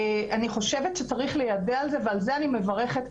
אני חושבת שצריך ליידע על זה ועל זה אני מברכת,